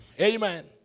Amen